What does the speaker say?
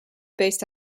based